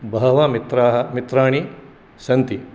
बहवः मित्राः मित्राणि सन्ति